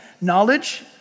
Knowledge